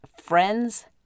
friends